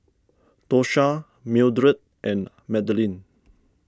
Tosha Mildred and Madalynn